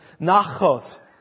nachos